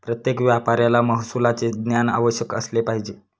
प्रत्येक व्यापाऱ्याला महसुलाचे ज्ञान अवश्य असले पाहिजे